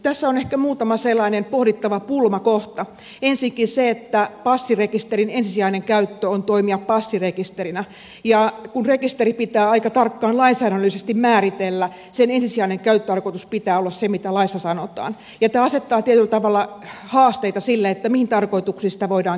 tässä on ehkä muutama sellainen pohdittava pulmakohta ensiksikin se että passirekisterin ensisijainen käyttö on toimia passirekisterinä ja kun rekisteri pitää aika tarkkaan lainsäädännöllisesti määritellä sen ensisijaisen käyttötarkoituksen pitää olla se mitä laissa sanotaan niin tämä asettaa tietyllä tavalla haasteita sille mihin tarkoituksiin sitä voidaan käyttää